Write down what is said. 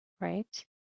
right